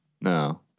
No